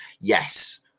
yes